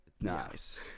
Nice